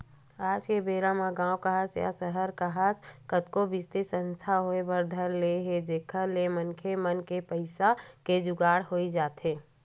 आज के बेरा गाँव म काहस या सहर म काहस कतको बित्तीय संस्था होय बर धर ले हे जेखर ले मनखे मन के पइसा के जुगाड़ होई जाथे